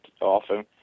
often